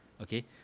okay